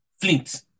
flint